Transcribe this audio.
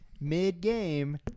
mid-game